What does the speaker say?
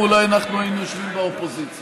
ואולי אנחנו היינו יושבים באופוזיציה.